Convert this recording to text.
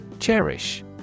Cherish